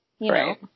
Right